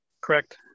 Correct